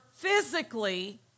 physically